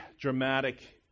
dramatic